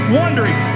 wondering